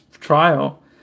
trial